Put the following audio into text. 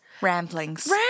Ramblings